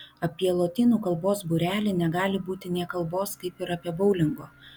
apie lotynų kalbos būrelį negali būti nė kalbos kaip ir apie boulingo